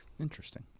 Interesting